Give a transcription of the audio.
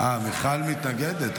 מיכל מתנגדת.